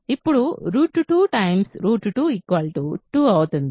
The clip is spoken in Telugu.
ఇది ఇప్పుడు 2 2 2 అవుతుంది